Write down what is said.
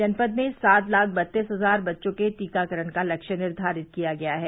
जनपद में सात लाख बत्तीस हजार बच्चों के टीकाकरण का लक्ष्य निर्वारित किया गया है